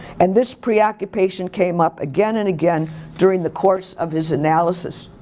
and this preoccupation came up again and again during the course of his analysis.